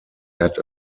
had